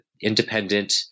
independent